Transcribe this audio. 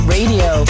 Radio